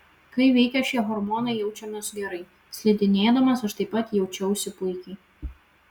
kai veikia šie hormonai jaučiamės gerai slidinėdamas aš taip pat jaučiausi puikiai